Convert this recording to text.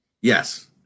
yes